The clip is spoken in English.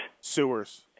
Sewers